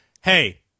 Hey